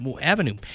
Avenue